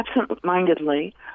Absent-mindedly